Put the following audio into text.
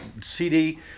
CD